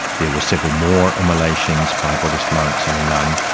there were several more immolations by buddhist monks and a nun.